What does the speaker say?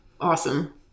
Awesome